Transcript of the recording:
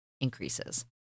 increases